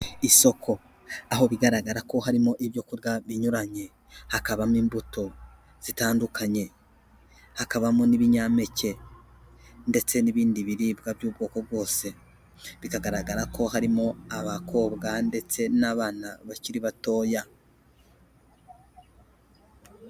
Isoko aho bigaragara ko harimo ibyo kurya binyuranye, hakabamo imbuto zitandukanye hakabamo n'ibinyampeke ndetse n'ibindi biribwa by'ubwoko bwose, bikagaragara ko harimo abakobwa ndetse n'abana bakiri batoya.